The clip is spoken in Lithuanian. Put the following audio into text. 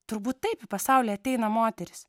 turbūt taip į pasaulį ateina moteris